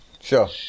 Sure